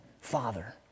father